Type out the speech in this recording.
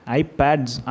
iPads